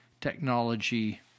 technology